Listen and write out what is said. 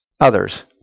others